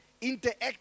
interact